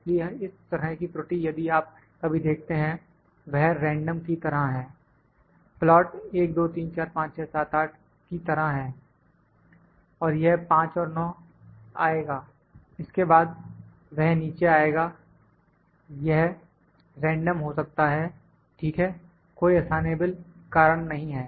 इसलिए इस तरह की त्रुटि यदि आप कभी देखते हैं वह रैंडम की तरह है प्लाट 1 2 3 4 5 6 78 की तरह है यह 5 है 9 आएगा उसके बाद वह नीचे आएगा यह रैंडम हो सकता है ठीक है कोई असाइनेबल कारण नहीं है